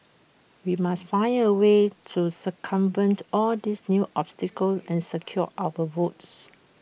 we must find A way to circumvent all these new obstacles and secure our votes